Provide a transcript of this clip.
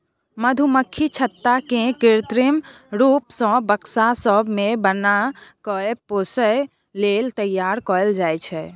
मधुमक्खी छत्ता केँ कृत्रिम रुप सँ बक्सा सब मे बन्न कए पोसय लेल तैयार कयल जाइ छै